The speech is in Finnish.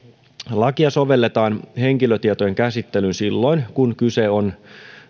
lakia sovelletaan henkilötietojen käsittelyyn silloin kun kyse on